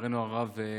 לצערנו הרב,